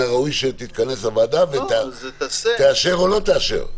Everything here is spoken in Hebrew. הראוי שתתכנס הוועדה ותאשר או לא תאשר?